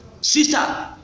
Sister